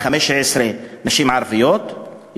15 הן נשים ערביות,